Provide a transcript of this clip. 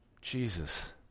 Jesus